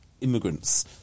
immigrants